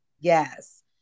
Yes